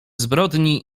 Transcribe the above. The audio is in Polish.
zbrodni